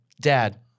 Dad